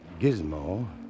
gizmo